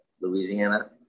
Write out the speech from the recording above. Louisiana